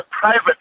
private